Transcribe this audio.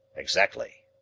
exactly.